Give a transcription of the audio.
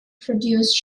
produce